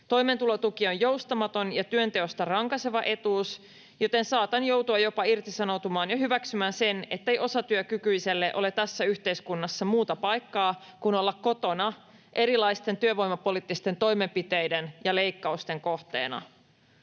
Toimeentulotuki on joustamaton ja työnteosta rankaiseva etuus, joten saatan joutua jopa irtisanoutumaan ja hyväksymään sen, ettei osatyökykyiselle ole tässä yhteiskunnassa muuta paikkaa kuin olla kotona erilaisten työvoimapoliittisten toimenpiteiden ja leikkausten kohteena.